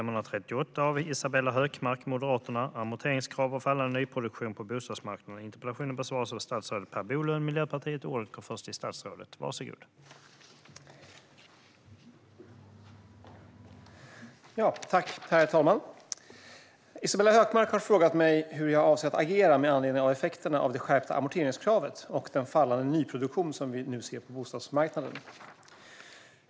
Herr talman! Isabella Hökmark har frågat mig hur jag avser att agera med anledning av effekterna av det skärpta amorteringskravet och den fallande nyproduktion som vi nu ser på bostadsmarknaden.